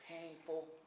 painful